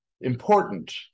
important